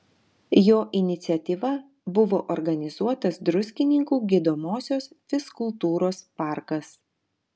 jo iniciatyva buvo organizuotas druskininkų gydomosios fizkultūros parkas